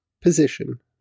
position